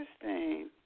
Interesting